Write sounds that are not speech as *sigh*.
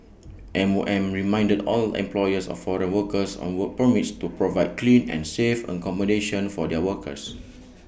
M O M reminded all employers of foreign workers on work permits to provide clean and safe accommodation for their workers *noise*